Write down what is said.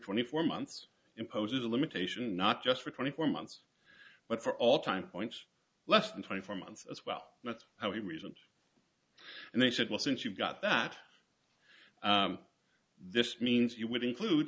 twenty four months imposes a limitation not just for twenty four months but for all time points less than twenty four months as well that's how he reasoned and they said well since you got that this means you would include